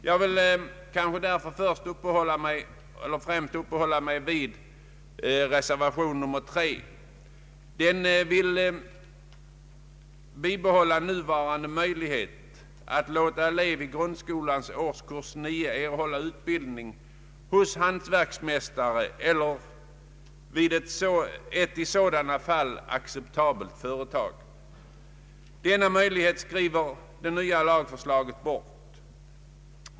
Jag vill först uppehålla mig vid reservation 3 vid statsutskottets utlåtande nr 222, vari vi begär att man bibehåller den nuvarande möjligheten att låta elev byta ut skolgång i årskurs 9 mot utbildning hos hantverkare och i sådana fall acceptabelt företag. Denna möjlighet skriver det nya lagförslaget bort.